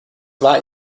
war